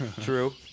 True